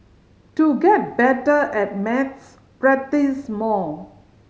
to get better at maths practise more